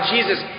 Jesus